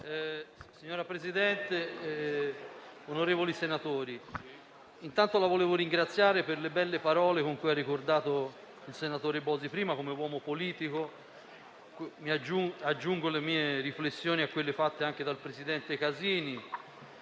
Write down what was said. Signora Presidente, onorevoli senatori, intanto desidero ringraziarla, Presidente, per le belle parole con cui ha ricordato il senatore Bosi prima come uomo politico; aggiungo le mie riflessioni a quelle fatte anche dal presidente Casini.